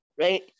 right